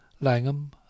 Langham